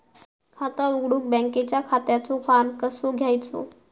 खाता उघडुक बँकेच्या खात्याचो फार्म कसो घ्यायचो?